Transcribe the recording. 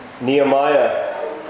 Nehemiah